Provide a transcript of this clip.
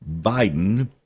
Biden